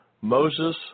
Moses